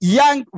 young